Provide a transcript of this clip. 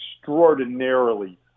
extraordinarily